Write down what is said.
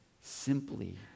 Simply